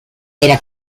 era